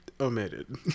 omitted